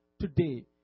today